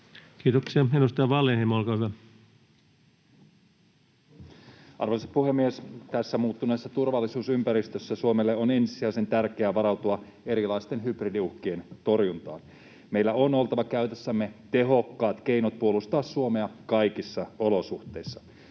Kiitoksia. — Edustaja Wallinheimo, olkaa hyvä. Arvoisa puhemies! Tässä muuttuneessa turvallisuusympäristössä Suomelle on ensisijaisen tärkeää varautua erilaisten hybridiuhkien torjuntaan. Meillä on oltava käytössämme tehokkaat keinot puolustaa Suomea kaikissa olosuhteissa.